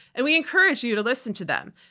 and we encourage you to listen to them,